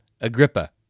Agrippa